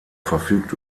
verfügt